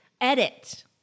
edit